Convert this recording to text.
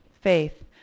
faith